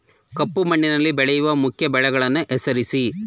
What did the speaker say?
ಕಪ್ಪು ಮಣ್ಣಿನಲ್ಲಿ ಬೆಳೆಯುವ ಮುಖ್ಯ ಬೆಳೆಗಳನ್ನು ಹೆಸರಿಸಿ